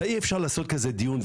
אי-אפשר לעשות כזה דיון,